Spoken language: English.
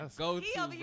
go-to